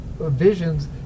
visions